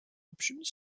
options